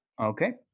Okay